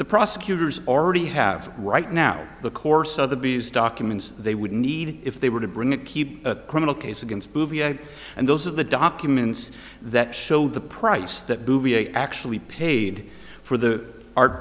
the prosecutors already have right now the course of the bs documents they would need if they were to bring a keep criminal case against bouvier and those of the documents that show the price that bouvier actually paid for the art